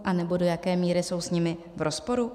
Anebo do jaké míry jsou s nimi v rozporu?